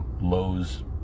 Lowe's